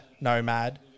Nomad